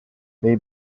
they